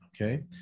okay